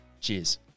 Cheers